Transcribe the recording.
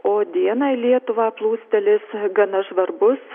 o dieną į lietuvą plūstelės gana žvarbus